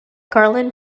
garland